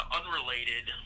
unrelated